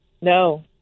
No